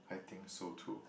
I think so too